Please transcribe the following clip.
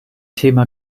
thema